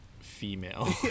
female